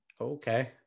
okay